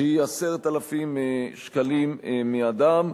שהיא 10,000 שקלים מאדם.